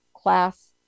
class